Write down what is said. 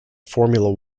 formula